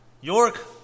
York